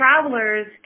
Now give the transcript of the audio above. travelers